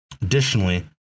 Additionally